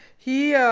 he